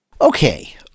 Okay